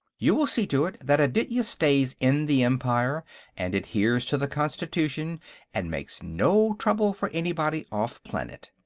you will see to it that aditya stays in the empire and adheres to the constitution and makes no trouble for anybody off-planet.